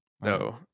no